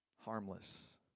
harmless